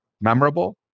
memorable